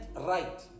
right